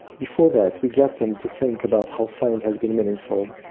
before that we get them to think about how science has been meaningful,